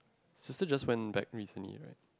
sister just went back recently right